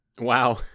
Wow